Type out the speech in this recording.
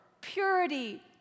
purity